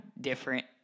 different